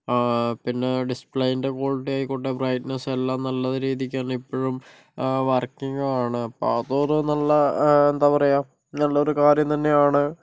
ആ പിന്നെ ഡിസ്പ്ലേൻ്റെ ക്വാളിറ്റി ആയിക്കോട്ടെ ബ്രൈറ്റ്നസും എല്ലാം നല്ല രീതിക്ക് തന്നെ ഇപ്പോഴും വർക്കിങ്ങാണ് അപ്പോൾ അതൊരു നല്ല എന്താണ് പറയുക നല്ലൊരു കാര്യം തന്നെയാണ്